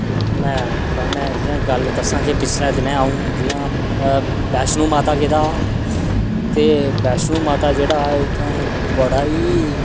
में थुआढ़े नै जि'यां गल्ल दस्सां कि पिच्छले दिनें अ'ऊं जि'यां वैष्णो माता गेदा हा ते वैष्णो माता जेह्ड़ा ऐ उ'त्थें बड़ा ई